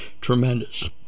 tremendous